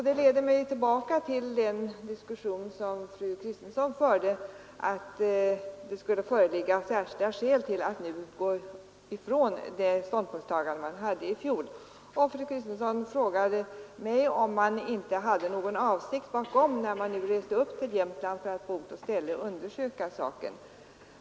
Det leder mig tillbaka till den diskussion som fru Kristensson förde, att det skulle föreligga särskilda skäl till att nu gå ifrån den ståndpunkt man intog i fjol. Fru Kristensson frågade mig om man inte hade någon avsikt bakom, när man reste upp till Jämtland för att på ort och ställe undersöka saken.